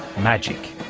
magic!